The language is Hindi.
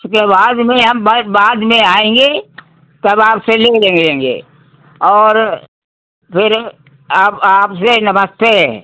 उसके बाद में हम बाद में आएँगे तब आपसे लेले लेंगे और फिर अब आपसे नमस्ते